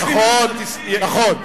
נכון, נכון.